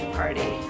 party